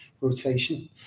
rotation